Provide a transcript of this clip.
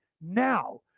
now